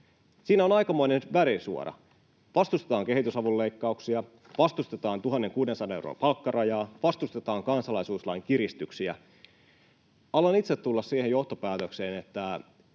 Siinä on aikamoinen värisuora: vastustetaan kehitysavun leikkauksia, vastustetaan 1 600 euron palkkarajaa, vastustetaan kansalaisuuslain kiristyksiä. Haluan itse tulla siihen johtopäätökseen, että